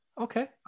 Okay